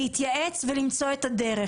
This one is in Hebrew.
להתייעץ ולמצוא את הדרך.